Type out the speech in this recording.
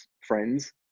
friends